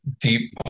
deep